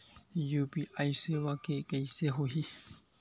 UPI सेवा के कइसे होही?